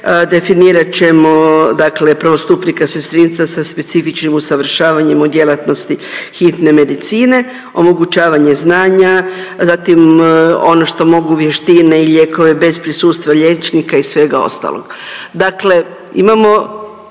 definirat ćemo prvostupnika sestrinstva sa specifičnim usavršavanjem u djelatnosti hitne medicine, omogućavanje znanja, zatim ono što mogu vještine i lijekove bez prisustva liječnika i svega ostalo, dakle imamo